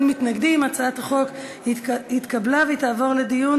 התשע"ג 2013, לדיון